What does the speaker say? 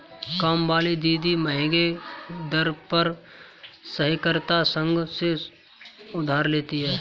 कामवाली दीदी महंगे दर पर सहकारिता संघ से उधार लेती है